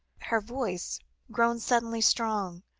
her voice grown suddenly strong.